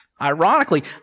ironically